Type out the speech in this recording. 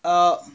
err